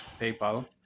paypal